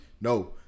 no